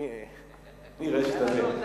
ללכת כבר.